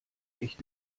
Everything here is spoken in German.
echt